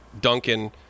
Duncan